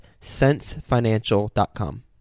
sensefinancial.com